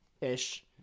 ish